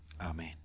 Amen